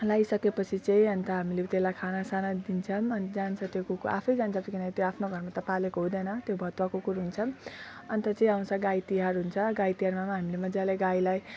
लगाइसके पछि चाहिँ अन्त हामीले त्यसलाई खाना साना दिन्छौँ अनि जान्छ त्यो कुकुर आफै जान्छ त्यो किनकि त्यो आफ्नो घरमा त पालेको हुँदैन त्यो भतुवा कुकुर हुन्छ अन्त चाहिँ आउँछ गाई तिहार हुन्छ गाई तिहारमा हामीले मजाले गाईलाई